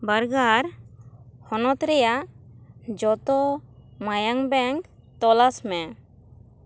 ᱵᱟᱨᱜᱟᱨ ᱦᱚᱱᱚᱛ ᱨᱮᱭᱟᱜ ᱡᱚᱛᱚ ᱢᱟᱭᱟᱝ ᱵᱮᱝᱠ ᱛᱚᱞᱟᱥ ᱢᱮ